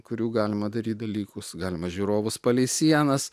kurių galima daryt dalykus galima žiūrovus palei sienas